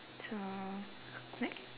so next